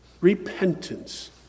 Repentance